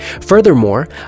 Furthermore